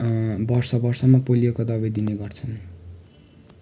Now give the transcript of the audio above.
वर्ष वर्षमा पोलियोको दबाई दिने गर्छन्